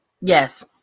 Yes